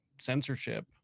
censorship